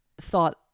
thought